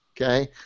okay